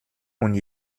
und